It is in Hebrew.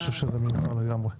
אני חושב שזה מיותר לגמרי,